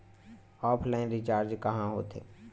Offline recharge कहां होथे?